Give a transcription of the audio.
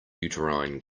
uterine